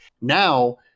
Now